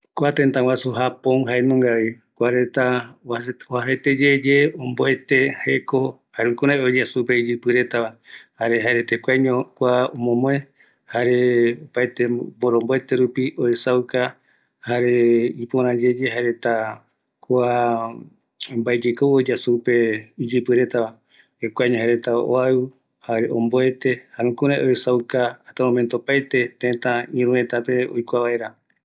Japon tëtä oajaete ye, omboete, oaɨu, iyɨpɨreta oeya supe retava, jokuarupi jaereta oesaukavi opaete mboromboete rupi oikua vaera tëtä reta